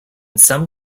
some